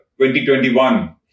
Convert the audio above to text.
2021